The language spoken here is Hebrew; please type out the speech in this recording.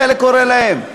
שחלק קורא להם,